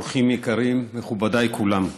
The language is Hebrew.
אורחים יקרים, מכובדיי כולם,